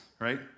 right